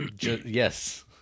Yes